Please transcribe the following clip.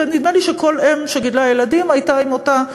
ונדמה לי שכל אם שגידלה ילדים הייתה עם אותה,